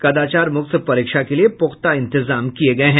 कदाचार मुक्त परीक्षा के लिये पुख्ता इंतजाम किये गये हैं